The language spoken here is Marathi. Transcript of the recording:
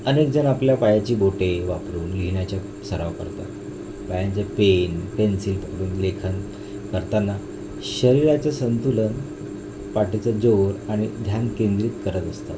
अनेकजण आपल्या पायाची बोटे वापरून लिहिण्याच्या सराव करतात पायांचे पेन पेन्सिल पकडून लेखन करताना शरीराचं संतुलन पाठीचा जोर आणि ध्यान केंद्रित करत असतात